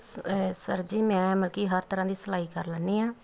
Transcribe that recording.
ਸ ਸਰ ਜੀ ਮੈਂ ਮਲਕੀ ਹਰ ਤਰ੍ਹਾਂ ਦੀ ਸਿਲਾਈ ਕਰ ਲੈਂਦੀ ਹਾਂ